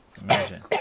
Imagine